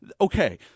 okay